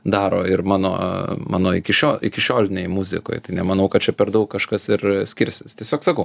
daro ir mano mano iki šio iki šiolinėj muzikoj tai nemanau kad čia per daug kažkas ir skirsis tiesiog sakau